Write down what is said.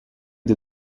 the